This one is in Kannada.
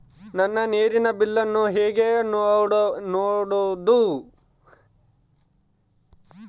ನನ್ನ ನೇರಿನ ಬಿಲ್ಲನ್ನು ಹೆಂಗ ನೋಡದು?